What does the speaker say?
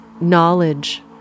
knowledge